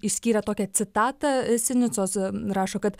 išskyrė tokią citatą sinicos rašo kad